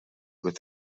with